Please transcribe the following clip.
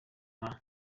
nka